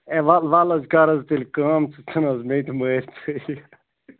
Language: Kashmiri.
ہے وَل وَلہٕ حظ کَر حظ تیٚلہِ کٲم ژٕ ژھُن حظ مےٚ تہِ مٲرِتھٕے